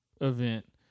event